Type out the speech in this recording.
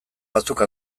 batzuk